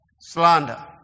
slander